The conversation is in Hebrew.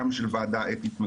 גם של ועדה אתית מקומית,